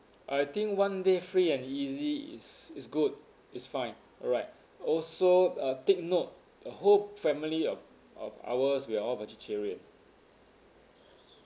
I think one day free and easy is is good it's fine alright also uh take note the whole family of of ours we're all vegetarian